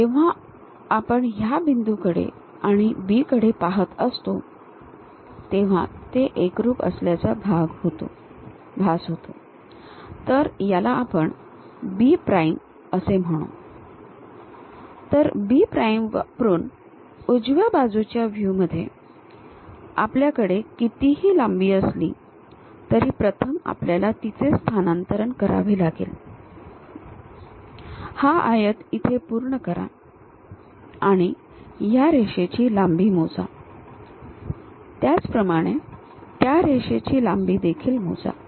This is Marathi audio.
जेव्हा आपण ह्या बिंदू कडे आणि B कडे पाहत असतो तेव्हा ते एकरूप असल्याचा भास होतो तर याला आपण बी प्राईम असे म्हणू तर बी प्राइम वापरून उजव्या बाजूच्या व्ह्यू मध्ये आपल्याकडे कितीही लांबी असली तरी प्रथम आपल्याला तीचे स्थानांतरण करावे लागेल हा आयत इथे पूर्ण करा आणि या रेषेची लांबी मोजा त्याचप्रमाणे त्या रेषेची देखील लांबी मोजा